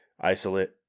isolate